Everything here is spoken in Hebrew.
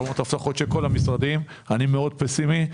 למרות הבטחות של כל המשרדים אני מאוד פסימי.